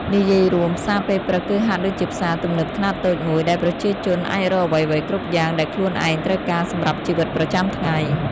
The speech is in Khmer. និយាយរួម ផ្សារពេលព្រឹកគឺហាក់ដូចជាផ្សារទំនើបខ្នាតតូចមួយ ដែលប្រជាជនអាចរកអ្វីៗគ្រប់យ៉ាងដែលខ្លួនត្រូវការសម្រាប់ជីវិតប្រចាំថ្ងៃ។